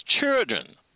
children